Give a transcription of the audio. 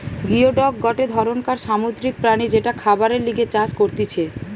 geoduck গটে ধরণকার সামুদ্রিক প্রাণী যেটা খাবারের লিগে চাষ করতিছে